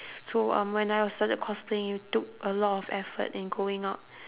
so um when I was started cosplaying it took a lot of effort in going out